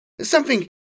something